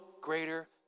greater